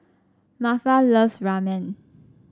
Martha loves Ramen